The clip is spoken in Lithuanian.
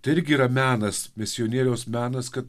tai irgi yra menas misionieriaus menas kad